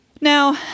Now